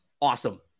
awesome